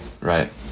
right